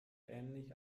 ähnlich